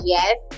Yes